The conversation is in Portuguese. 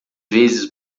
vezes